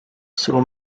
selon